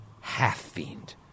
half-fiend